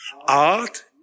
Art